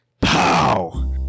pow